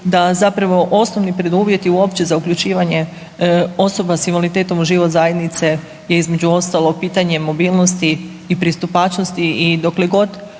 da zapravo osnovni preduvjeti uopće za uključivanje osoba s invaliditetom u život zajednice je, između ostalog, pitanje mobilnosti i pristupačnosti i dokle god